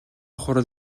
хурал